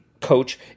coach